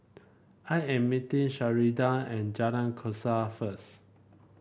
I am meeting Sheridan at Jalan Kasau first